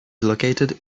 located